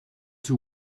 too